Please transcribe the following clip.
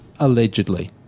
Allegedly